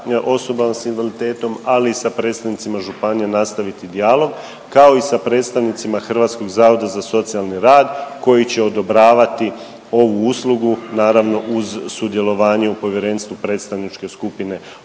osobama s invaliditetom, ali i sa predstavnicima županija nastaviti dijalog, kao i sa predstavnicima Hrvatskog zavoda za socijalni rad koji će odobravati ovu uslugu naravno uz sudjelovanje u povjerenstvu predstavničke skupine osobe